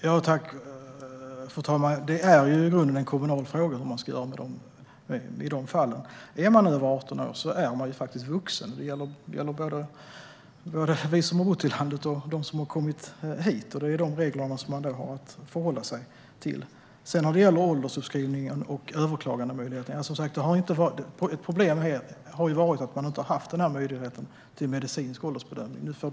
Fru talman! Det är i grunden en kommunal fråga hur de ska göra i dessa fall. Om man är över 18 år är man faktiskt vuxen. Det gäller både oss som har bott i landet och dem som har kommit hit. Det är de regler som de har att förhålla sig till. Sedan var det frågan om att överklaga en åldersuppskrivning. Problemet är att möjligheten till medicinsk åldersbedömning inte har funnits.